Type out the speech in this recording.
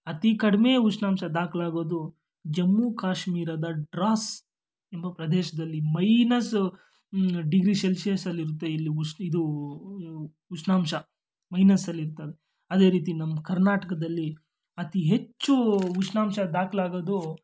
ಅತೀ ಕಡಿಮೆ ಉಷ್ಣಾಂಶ ದಾಖ್ಲಾಗೋದು ಜಮ್ಮು ಕಾಶ್ಮೀರದ ಡ್ರಾಸ್ ಎಂಬ ಪ್ರದೇಶದಲ್ಲಿ ಮೈನಸ್ಸು ಡಿಗ್ರಿ ಶೆಲ್ಶಿಯಸ್ಸಲ್ಲಿರುತ್ತೆ ಇಲ್ಲಿ ಉಶ್ ಇದು ಉಷ್ಣಾಂಶ ಮೈನಸ್ಸಲ್ಲಿರ್ತವೆ ಅದೇ ರೀತಿ ನಮ್ಮ ಕರ್ನಾಟಕದಲ್ಲಿ ಅತಿ ಹೆಚ್ಚು ಉಷ್ಣಾಂಶ ದಾಖ್ಲಾಗೋದು